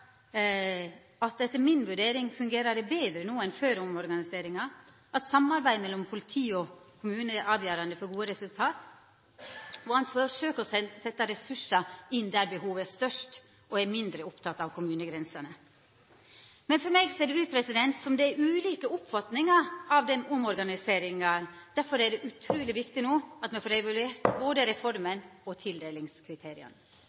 at etter hans vurdering fungerer det betre no enn før omorganiseringa, og at samarbeidet mellom politi og kommune er avgjerande for gode resultat. Han forsøkjer å setja inn ressursar der behovet er størst, og er mindre oppteken av kommunegrensene. Men for meg ser det ut som om det er ulike oppfatningar av omorganiseringa. Derfor er det utruleg viktig no at me får evaluert både